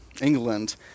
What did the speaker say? England